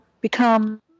become